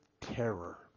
Terror